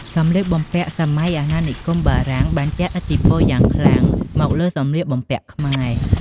សម្លៀកបំពាក់សម័យអាណានិគមបារាំងបានជះឥទ្ធិពលយ៉ាងខ្លាំងមកលើសម្លៀកបំពាក់ខ្មែរ។